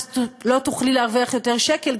אז לא תוכלי להרוויח יותר שקל,